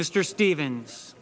mr stevens